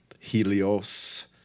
Helios